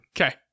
Okay